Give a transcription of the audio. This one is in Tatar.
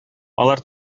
алар